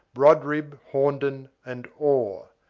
brodribb, hornden, and orr.